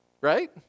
Right